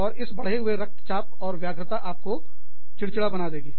और इस बढ़े हुए रक्तचाप और व्यग्रता आपको चिड़चिड़ा बना देगी